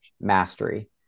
mastery